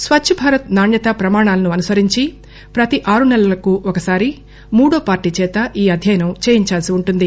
స్వచ్చభారత్ నాణ్యతా ప్రమాణాలను అనుసరించి ప్రతి ఆరునెలలకు ఒకసారి ముడో పార్టీ చేత ఈ అధ్యయనం చేయించాల్సి ఉంటుంది